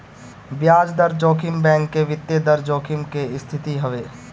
बियाज दर जोखिम बैंक के वित्तीय दर जोखिम के स्थिति हवे